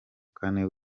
kane